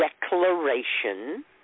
Declaration